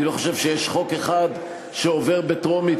אני לא חושב שיש חוק אחד שעובר בטרומית